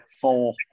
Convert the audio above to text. four